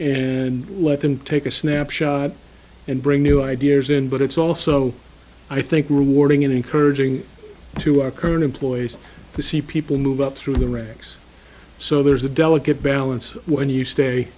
and let them take a snapshot and bring new ideas in but it's also i think rewarding encouraging to our current employees to see people move up through the ranks so there's a delicate balance when you stay